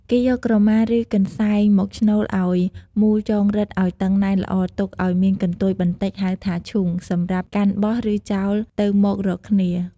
គេយកក្រមារឺកន្សែងមកឆ្នូលអោយមូលចងរិតអោយតឹងណែនល្អ ទុកអោយមានកន្ទុយបន្ដិចហៅថា «ឈូង» សំរាប់កាន់បោះរឺចោលទៅមករកគ្នា។